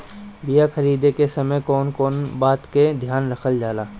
बीया खरीदे के समय कौन कौन बात के ध्यान रखल जाला?